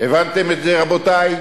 הבנתם את זה, רבותי?